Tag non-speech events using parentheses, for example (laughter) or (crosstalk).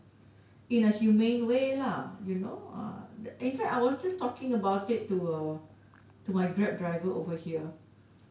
(breath) in a humane way lah you know ah in fact I was just talking about it to uh to my grab driver over here